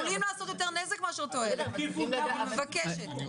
יותר נזק מאשר תועלת, אני מבקשת.